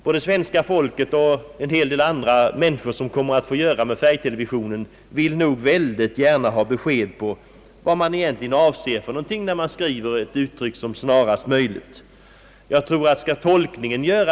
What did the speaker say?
Både det svenska folket i allmänhet och de människor i synnerhet, som kommer att få syssla med färgtelevisionen, vill nog väldigt gärna ha besked om vad man egentligen avser med uttrycket »snarast möjligt».